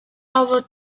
over